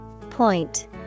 Point